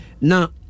Now